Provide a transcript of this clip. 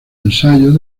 ensayos